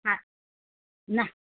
আ নাহ